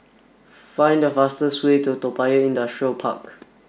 find the fastest way to Toa Payoh Industrial Park